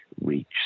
reach